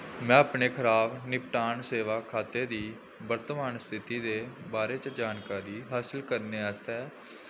में अपने खराब निपटान सेवा खाते दी वर्तमान स्थिति दे बारे च जानकारी हासिल करने आस्तै